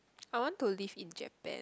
I want to live in Japan